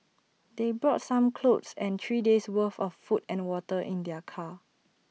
they brought some clothes and three days' worth of food and water in their car